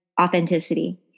authenticity